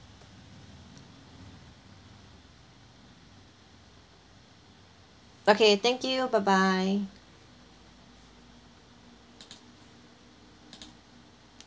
okay thank you bye bye